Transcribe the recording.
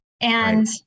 And-